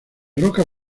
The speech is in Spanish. roca